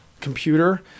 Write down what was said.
computer